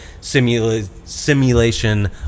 simulation